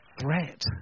threat